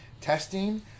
testing